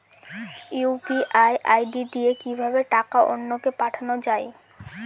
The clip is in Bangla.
ইউ.পি.আই আই.ডি দিয়ে কিভাবে টাকা অন্য কে পাঠানো যায়?